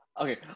Okay